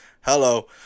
hello